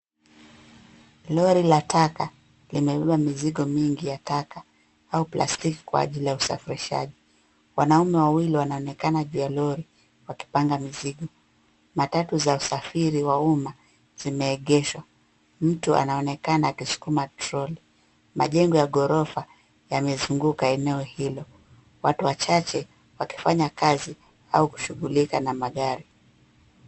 Lori la taka limebeba mizigo mingi ya taka au plastiki kwa ajili ya usafirisaji. Wanaume wawili wanaonekana juu ya lori wakipanga mizigo. Matatu za usafiri wa uma zimeegeshwa, mtu anaonekana akisukuma trolli. Majengo ya ghorofa yamezunguka eneo hilo, watu wachache wakifanya kazi au kushughulika na magari.